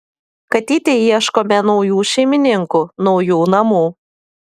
katytei ieškome naujų šeimininkų naujų namų